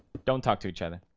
don't talk to each other